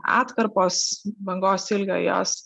atkarpos bangos ilgio jos